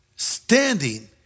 standing